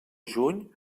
juny